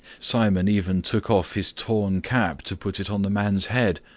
simon even took off his torn cap to put it on the man's head,